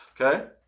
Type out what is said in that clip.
Okay